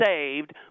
saved